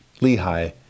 Lehi